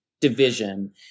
division